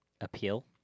Appeal